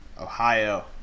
ohio